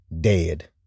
dead